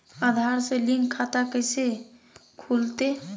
आधार से लिंक खाता कैसे खुलते?